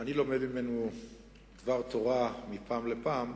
שאני לומד ממנו דבר תורה מפעם לפעם,